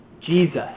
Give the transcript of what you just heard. Jesus